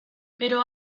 pero